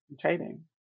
trading